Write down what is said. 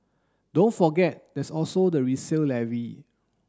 don't forget there's also the resale levy